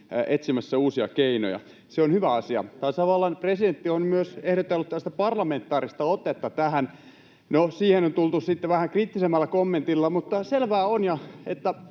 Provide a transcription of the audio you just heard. etsimässä uusia keinoja. Se on hyvä asia. Tasavallan presidentti on myös ehdotellut parlamentaarista otetta tähän. No, siihen on tultu sitten vähän kriittisemmällä kommentilla, mutta selvää on, että